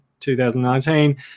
2019